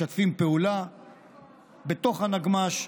שמשתפים פעולה בתוך הנגמ"ש,